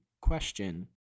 question